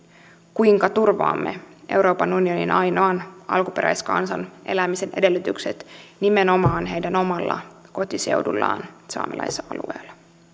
kuinka turvaamme euroopan unionin ainoan alkuperäiskansan elämisen edellytykset nimenomaan heidän omalla kotiseudullaan saamelaisalueella